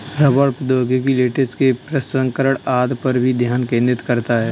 रबड़ प्रौद्योगिकी लेटेक्स के प्रसंस्करण आदि पर भी ध्यान केंद्रित करता है